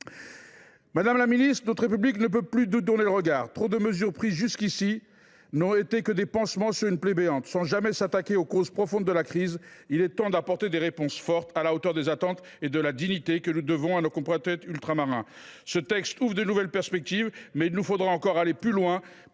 Madame la ministre, notre République ne peut plus détourner le regard. Trop de mesures prises jusqu’ici n’ont été que des pansements sur une plaie béante, ne permettant jamais de s’attaquer aux causes profondes de la crise. Il est temps d’apporter des réponses fortes, à la hauteur des attentes et de la dignité que nous devons à nos compatriotes ultramarins. Ce texte offre de nouvelles perspectives, mais il nous faudra aller encore plus loin,